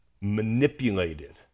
manipulated